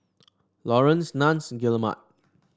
Laurence Nunns Guillemard